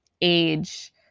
age